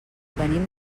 venim